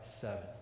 seven